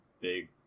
big